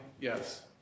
yes